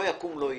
לא יקום ולא יהיה.